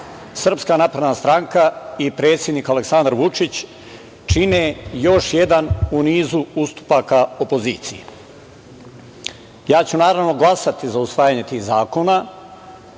gradova i opština, SNS i predsednik Aleksandar Vučić čine još jedan u nizu ustupaka opoziciji. Ja ću naravno glasati za usvajanje tih zakona